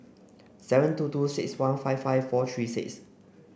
seven two two six one five five four three six